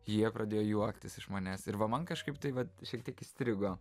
jie pradėjo juoktis iš manęs ir va man kažkaip tai vat šiek tiek įstrigo